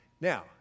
Now